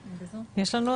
כן, יחיאל?